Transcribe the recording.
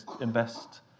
invest